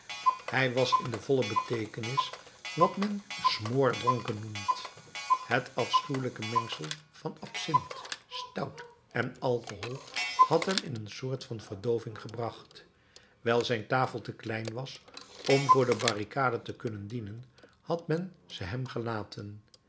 hij was in de volle beteekenis wat men smoordronken noemt het afschuwelijke mengsel van absinth stout en alcohol had hem in een soort van verdooving gebracht wijl zijn tafel te klein was om voor de barricade te kunnen dienen had men ze hem gelaten